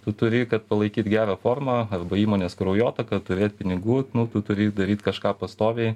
tu turi palaikyt gerą formą arba įmonės kraujotaką turėt pinigų nu tu turi daryt kažką pastoviai